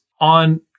on